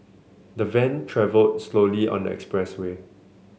the van travel slowly on the expressway